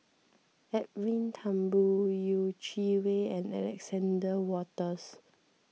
Edwin Thumboo Yeh Chi Wei and Alexander Wolters